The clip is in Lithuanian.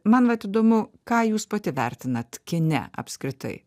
man vat įdomu ką jūs pati vertinat kine apskritai